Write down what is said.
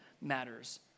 matters